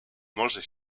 morze